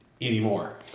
anymore